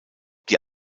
die